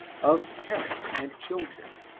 of parents and children,